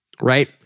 right